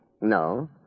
No